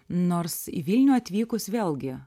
nors į vilnių atvykus vėlgi